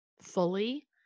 fully